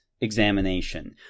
examination